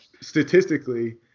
statistically